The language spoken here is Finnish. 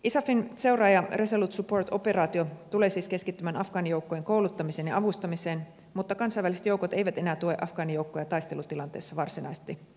isafin seuraaja resolute support operaatio tulee siis keskittymään afgaanijoukkojen kouluttamiseen ja avustamiseen mutta kansainväliset joukot eivät enää tue afgaanijoukkoja taistelutilanteessa varsinaisesti